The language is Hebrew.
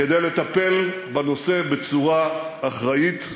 כדי לטפל בנושא בצורה אחראית,